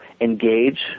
engage